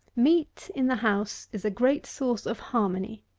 meat in the house is a great source of harmony,